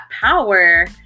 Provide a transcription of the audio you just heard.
power